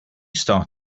start